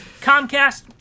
Comcast